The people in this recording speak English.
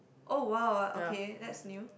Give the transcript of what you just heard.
oh !wah! okay that's new